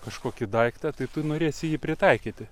kažkokį daiktą tai tu norėsi jį pritaikyti